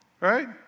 Right